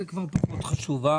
זה כבר פחות חשוב.